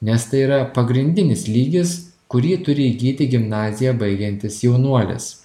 nes tai yra pagrindinis lygis kurį turi įgyti gimnaziją baigiantis jaunuolis